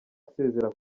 asezera